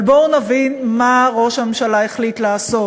אבל בואו נבין מה ראש הממשלה החליט לעשות.